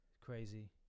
crazy